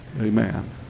amen